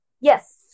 Yes